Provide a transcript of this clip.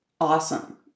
awesome